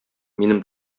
минем